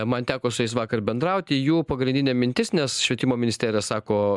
man teko su jais vakar bendrauti jų pagrindinė mintis nes švietimo ministerija sako